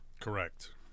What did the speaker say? Correct